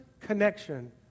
connection